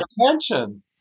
Attention